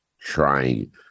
trying